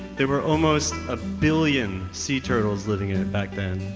there were almost a billion sea turtles living in it back then.